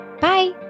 Bye